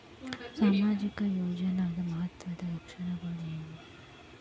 ಸಾಮಾಜಿಕ ಯೋಜನಾದ ಮಹತ್ವದ್ದ ಲಕ್ಷಣಗಳೇನು?